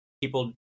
people